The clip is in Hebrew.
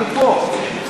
אני פה.